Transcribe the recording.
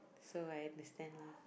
so I understand lah